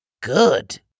Good